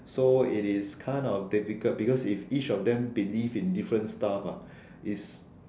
so it is kind of difficult because if each of them believe in different stuff ah it's